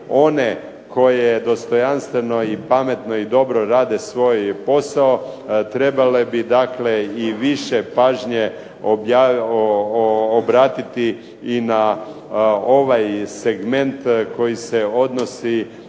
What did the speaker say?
one koje dostojanstveno i pametno i dobro rade svoj posao trebale bi dakle i više pažnje obratiti i na ovaj segment koji se odnosi